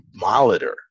molitor